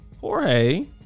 Jorge